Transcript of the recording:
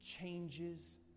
changes